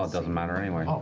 ah doesn't matter anyway.